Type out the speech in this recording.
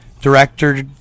director